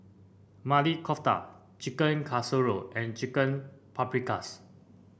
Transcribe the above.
Maili Kofta Chicken Casserole and Chicken Paprikas